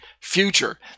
future